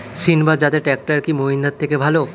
সিণবাদ জাতের ট্রাকটার কি মহিন্দ্রার থেকে ভালো?